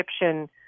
Egyptian